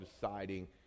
deciding